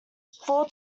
four